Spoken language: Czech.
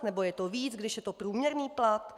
Nebo je to víc, když je to průměrný plat?